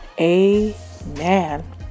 amen